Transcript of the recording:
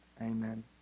Amen